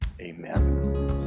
amen